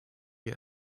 get